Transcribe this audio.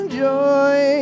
joy